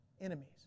enemies